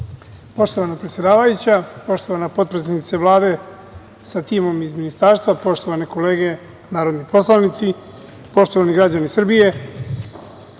Poštovana predsedavajuća, poštovana potpredsednice Vlade sa timom iz ministarstva, poštovane kolege narodni poslanici, poštovani građani Srbije,